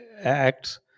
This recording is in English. acts